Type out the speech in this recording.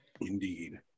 indeed